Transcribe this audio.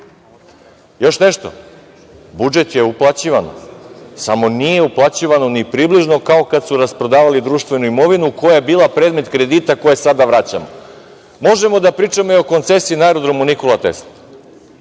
nešto. U budžet je uplaćivano, samo nije uplaćivano ni približno kao kada su rasprodavali društvenu imovinu koja je bila predmet kredita koje sada vraćamo. Možemo da pričamo i o koncesiji na aerodromu "Nikola Tesla".